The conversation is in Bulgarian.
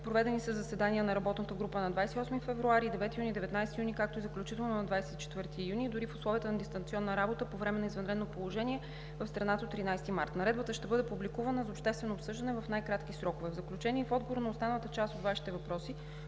Проведени са заседания на работната група на 28 февруари, на 9-и, на 19-и юни, и заключително на 24 юни 2020 г. дори в условията на дистанционна работа по време на извънредното положение в страната от 13 март 2020 г. Наредбата ще бъде публикувана за обществено обсъждане в най-кратки срокове. В заключение, в отговор на останалата част от Вашите въпроси,